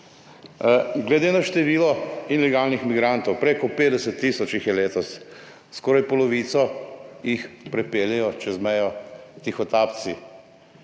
Glede na število ilegalnih migrantov, preko 50 tisoč jih je letos, skoraj polovico jih pripeljejo čez mejo tihotapci.